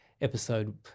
episode